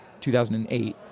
2008